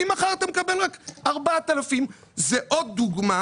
ממחר אתה מקבל רק 4,000. זה עוד דוגמה